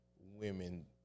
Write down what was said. women